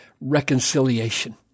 reconciliation